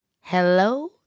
hello